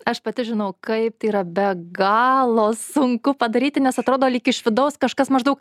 aš pati žinau kaip tai yra be galo sunku padaryti nes atrodo lyg iš vidaus kažkas maždaug